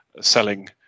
selling